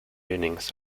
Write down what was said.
evenings